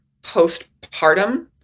postpartum